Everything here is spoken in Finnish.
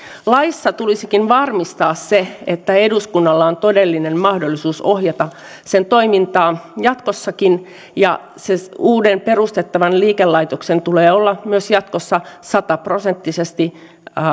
laissa tulisikin varmistaa se että eduskunnalla on todellinen mahdollisuus ohjata sen toimintaa jatkossakin ja uuden perustettavan liikelaitoksen tulee olla myös jatkossa sataprosenttisesti